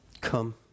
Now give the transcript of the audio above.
come